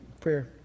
prayer